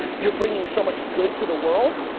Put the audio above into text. you're bringing so much good to the world.